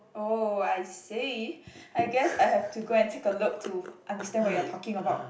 oh I see I guess I have to go and take a look to understand what you are talking about